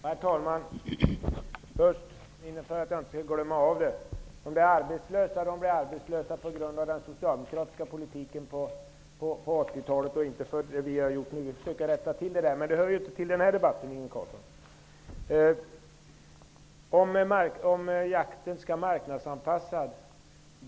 Herr talman! Först, för att jag inte skall glömma bort det: de arbetslösa blir arbetslösa på grund av den socialdemokratiska politiken på 1980-talet, och inte på grund av vad vi har gjort nu -- vi försöker rätta till saken. Men det hör ju inte till den här debatten, Inge Carlsson. Om jakten skall marknadsanpassas?